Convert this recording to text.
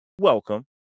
Welcome